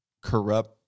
corrupt